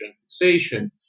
fixation